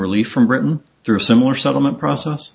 relief from britain through a similar settlement process